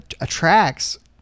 attracts